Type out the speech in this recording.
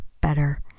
better